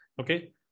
Okay